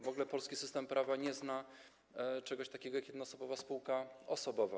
W ogóle polski system prawa nie zna czegoś takiego jak jednoosobowa spółka osobowa.